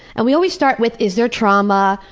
and we always start with, is there trauma,